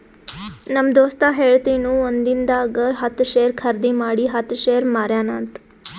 ನಮ್ ದೋಸ್ತ ಹೇಳತಿನು ಒಂದಿಂದಾಗ ಹತ್ತ್ ಶೇರ್ ಖರ್ದಿ ಮಾಡಿ ಹತ್ತ್ ಶೇರ್ ಮಾರ್ಯಾನ ಅಂತ್